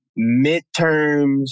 midterms